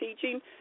teaching